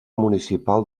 municipal